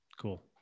Cool